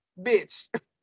bitch